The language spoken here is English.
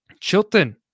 Chilton